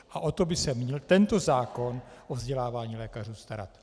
A o to by se měl tento zákon o vzdělávání lékařů starat.